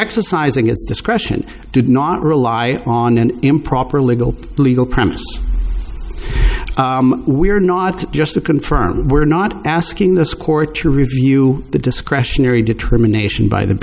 exercising its discretion did not rely on an improper legal legal premise we're not just to confirm we're not asking this court to review the discretionary determination by the